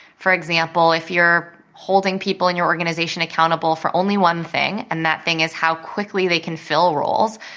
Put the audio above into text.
for example, if you're holding people in your organization accountable for only one thing and that thing is how quickly they can fill roles,